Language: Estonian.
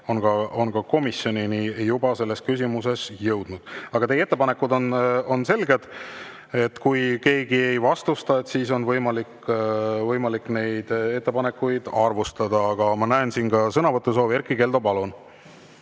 küsimuses on juba ka komisjonini jõudnud. Aga teie ettepanekud on selged. Kui keegi ei vastusta, siis on võimalik neid ettepanekuid arvestada. Aga ma näen siin ka sõnavõtusoovi. Erkki Keldo, palun!